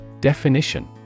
Definition